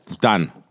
Done